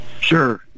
Sure